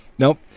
Nope